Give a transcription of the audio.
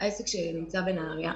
העסק שלי נמצא בנהריה,